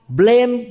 blame